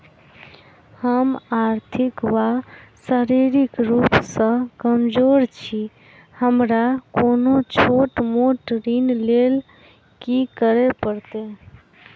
हम आर्थिक व शारीरिक रूप सँ कमजोर छी हमरा कोनों छोट मोट ऋण लैल की करै पड़तै?